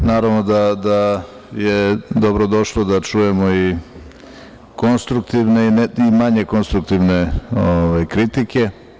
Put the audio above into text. Naravno, da je dobro došlo da čujemo i konstruktivne i manje konstruktivne kritike.